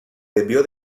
debió